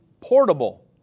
portable